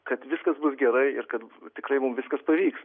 kad viskas bus gerai ir kad tikrai mum viskas pavyks